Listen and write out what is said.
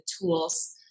tools